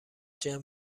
جمع